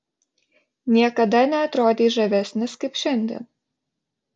niekada neatrodei žavesnis kaip šiandien